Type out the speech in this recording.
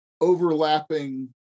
overlapping